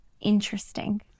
interesting